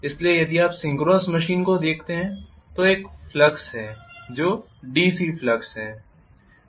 इसलिए यदि आप सिंक्रोनस मशीन को देखते हैं तो एक फ्लक्स है जो डीसी फ्लक्स है